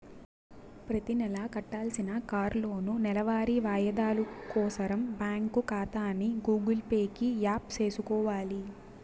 ప్రతినెలా కట్టాల్సిన కార్లోనూ, నెలవారీ వాయిదాలు కోసరం బ్యాంకు కాతాని గూగుల్ పే కి యాప్ సేసుకొవాల